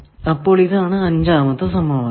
അപ്പോൾ ഇതാണ് അഞ്ചാം സമവാക്യം